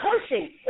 pushing